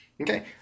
Okay